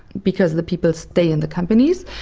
because the people stay in the companies.